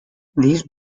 these